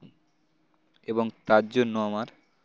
এবং তার জন্য আমার